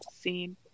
scene